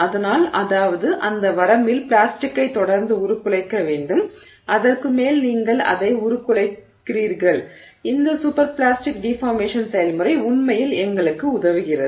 அதனால் அதாவது அந்த வரம்பில் பிளாஸ்டிக்கை தொடர்ந்து உருக்குலைக்க வேண்டும் அதற்கு மேல் நீங்கள் அதை உருக்குலைக்கிறீர்கள் இந்த சூப்பர் பிளாஸ்டிக் டிஃபார்மேஷன் செயல்முறை உண்மையில் எங்களுக்கு உதவுகிறது